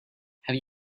have